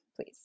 please